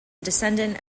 descendant